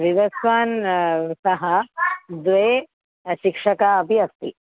विवस्वता सह द्वे शिक्षकौ अपि अस्ति